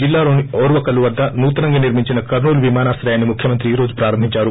జిల్లాలోని ఓర్వకల్లు వద్ద నూతనంగ నిర్మించిన కర్నూలు విమానాశ్రయాన్ని ముఖ్యమంత్రి ఈ రోజు ప్రారంభించారు